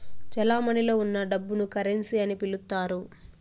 చెలమణిలో ఉన్న డబ్బును కరెన్సీ అని పిలుత్తారు